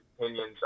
opinions